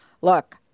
look